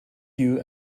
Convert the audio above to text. queue